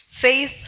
Faith